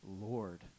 Lord